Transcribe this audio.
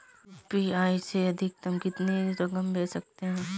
UPI से अधिकतम कितनी रकम भेज सकते हैं?